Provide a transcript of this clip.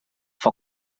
foc